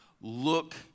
look